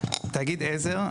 תאגיד עזר,